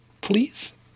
please